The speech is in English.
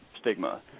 stigma